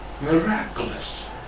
miraculous